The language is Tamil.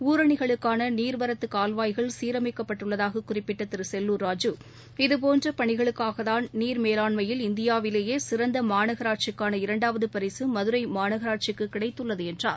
ஊரனிகளுக்கான நீர்வரத்து கால்வாய்கள் சீரமைக்கப்பட்டுள்ளதாக குறிப்பிட்ட திரு செல்லூர் ராஜூ இதபோன்ற பனிகளுக்காகத்தான் நீர் மேலாண்மையில் இந்தியாவிலேயே சிறந்த மாநகராட்சிக்கான இரன்டாவது பரிசு மதுரை மாநகராட்சிக்கு கிடைத்துள்ளது என்றார்